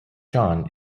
john